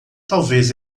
talvez